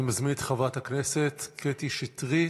אני מזמין את חברת הכנסת קטי שטרית,